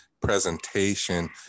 presentation